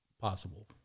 possible